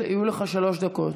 יהיו לך שלוש דקות.